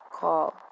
call